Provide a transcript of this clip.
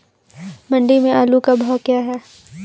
मंडी में आलू का भाव क्या है?